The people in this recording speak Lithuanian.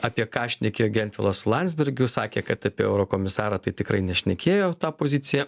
apie ką šnekėjo gentvilas su landsbergiu sakė kad apie eurokomisarą tai tikrai nešnekėjo tą poziciją